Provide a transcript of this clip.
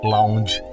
Lounge